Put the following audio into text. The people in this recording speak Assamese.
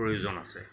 প্ৰয়োজন আছে